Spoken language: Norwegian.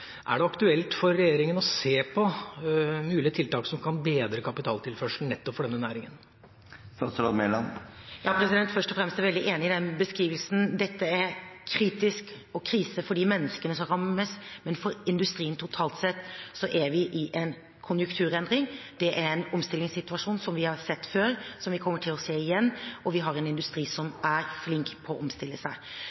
Er det aktuelt for regjeringa å se på mulige tiltak som kan bedre kapitaltilførselen nettopp for denne næringa? Først og fremst er jeg veldig enig i den beskrivelsen. Dette er kritisk, og det er krise for de menneskene som rammes, men for industrien totalt sett er vi i en konjunkturendring. Det er en omstillingssituasjon vi har sett før, og som vi kommer til å se igjen, og vi har en industri som er flink til å omstille seg.